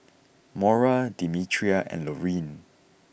Maura Demetria and Lauryn